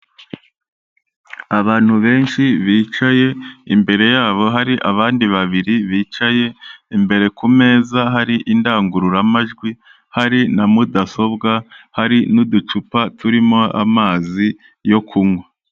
Abantu benshi bicaye, imbere yabo hari abandi babiri bicaye, imbere ku meza hari indangururamajwi, hari na mudasobwa, hari n'uducupa turimo amazi yo kunywa.